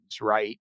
right